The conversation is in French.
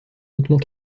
hautement